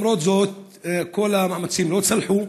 למרות זאת כל המאמצים לא צלחו.